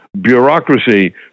bureaucracy